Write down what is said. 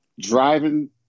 driving